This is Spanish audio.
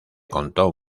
contó